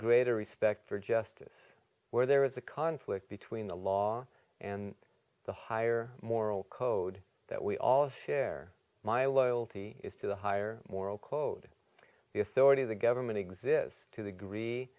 greater respect for justice where there is a conflict between the law and the higher moral code that we all share my loyalty is to the higher moral code the authority of the government exists to be gree